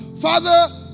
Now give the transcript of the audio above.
father